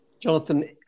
Jonathan